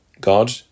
God